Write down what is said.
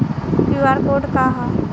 QR code का ह?